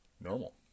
normal